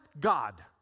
God